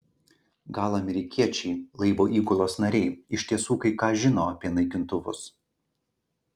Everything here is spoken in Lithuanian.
gal amerikiečiai laivo įgulos nariai iš tiesų kai ką žino apie naikintuvus